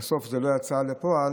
ובסוף זה לא יצא לפועל,